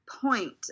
point